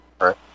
right